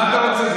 מה אתה רוצה?